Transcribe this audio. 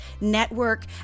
network